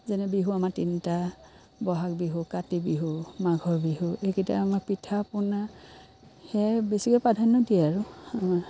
যেনে বিহু আমাৰ তিনিটা বহাগ বিহু কাতি বিহু মাঘৰ বিহু এইকেইটা আমাক পিঠা পনা সেইয়াই বেছিকৈ প্ৰাধান্য দিয়ে আৰু